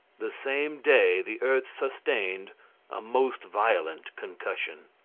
the same day the earth sustained a most violent concussion.